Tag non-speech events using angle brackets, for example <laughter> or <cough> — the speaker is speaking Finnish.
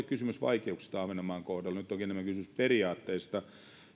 <unintelligible> kysymys vaikeuksista ahvenanmaan kohdalla nyt onkin enemmän kysymys periaatteista